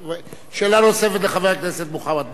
שאלה נוספת לחבר הכנסת מוחמד ברכה,